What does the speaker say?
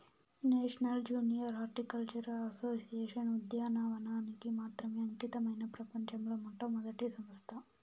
national junior horticultural association ఉద్యానవనానికి మాత్రమే అంకితమైన ప్రపంచంలో మొట్టమొదటి సంస్థ